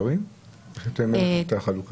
אנחנו בודקים את זה לילדים ומבוגרים?